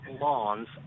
lawns